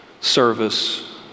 service